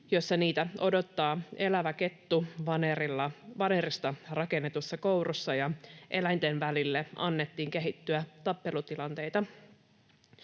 joissa niitä odotti elävä kettu vanerista rakennetussa kourussa ja eläinten välille annettiin kehittyä tappelutilanteita.